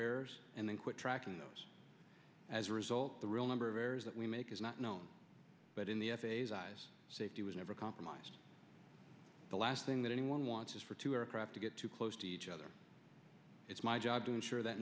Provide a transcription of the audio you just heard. errors and then quit tracking those as a result the real number of errors that we make is not known but in the phase eyes safety was never compromised the last thing that anyone wants is for two or a crop to get too close to each other it's my job to ensure that